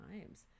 times